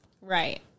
Right